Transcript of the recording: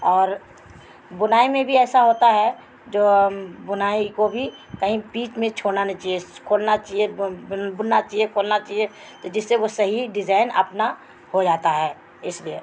اور بنائی میں بھی ایسا ہوتا ہے جو بنائی کو بھی کہیں بیچ میں چھونا نہیں چہیے کھولنا چہیے بننا چہیے کھولنا چہیے جس سے وہ صحیح ڈیزائن اپنا ہو جاتا ہے اس لیے